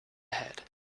ahead